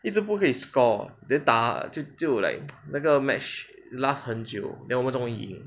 一直不可以 score then 打就就 like 那个 match last 很久 then 我们终于赢